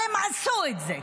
הם עשו את זה.